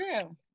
true